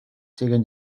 siguen